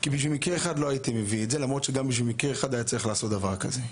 בשביל מקרה אחד לא הייתי מביא את זה,